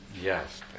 Yes